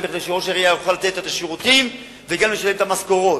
כדי שראש העירייה יוכל לתת את השירותים וגם לשלם את המשכורות.